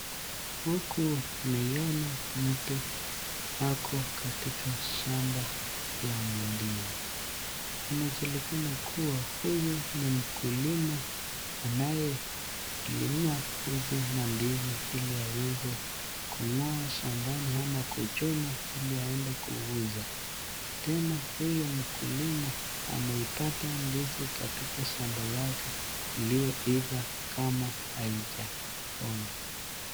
Huku naiona mtu ako katika shamba la mandizi. Inajulikana kuwa huyu ni mkulima anayelima hizi mandizi iliaweze kungoa shambani ama kuchuna iliaende kuuza. Tena huyu mkulima ameipata ndizi katika shamba lake iliyoiva kama haija pona.